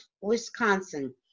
Wisconsin